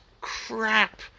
crap